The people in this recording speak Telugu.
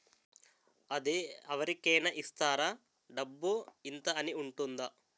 అది అవరి కేనా ఇస్తారా? డబ్బు ఇంత అని ఉంటుందా?